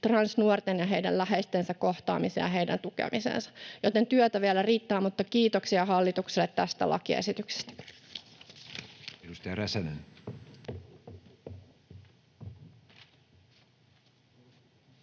transnuorten ja heidän läheistensä kohtaamiseen ja heidän tukemiseensa, joten työtä vielä riittää, mutta kiitoksia hallitukselle tästä lakiesityksestä. [Speech